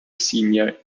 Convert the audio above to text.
senior